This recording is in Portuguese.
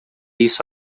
isso